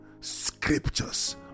scriptures